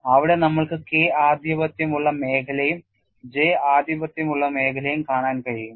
അവിടെ നമ്മൾക്കു K ആധിപത്യമുള്ള മേഖലയും J ആധിപത്യമുള്ള മേഖലയും കാണാൻ കഴിയും